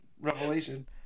revelation